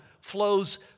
flows